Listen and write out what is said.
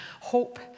hope